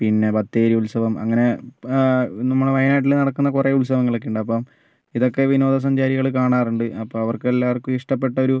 പിന്നെ ബത്തേരി ഉത്സവം അങ്ങനെ നമ്മുടെ വയനാട്ടിൽ നടക്കുന്ന കുറെ ഉത്സവങ്ങളൊക്കെയുണ്ട് അപ്പം ഇതൊക്കെ വിനോദ സഞ്ചാരികൾ കാണാറുണ്ട് അപ്പോൾ അവർക്കെല്ലാവർക്കും ഇഷ്ടപ്പെട്ടൊരു